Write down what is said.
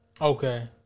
okay